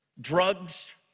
drugs